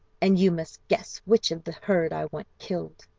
and you must guess which of the herd i want killed.